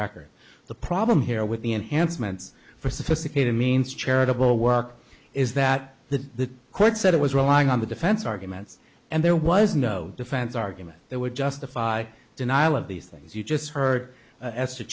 record the problem here with the enhancements for sophisticated means charitable work is that the court said it was relying on the defense arguments and there was no defense argument that would justify denial of these things you just heard